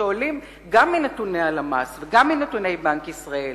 שעולים גם מנתוני הלמ"ס וגם מנתוני בנק ישראל,